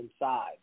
inside